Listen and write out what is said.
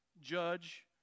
judge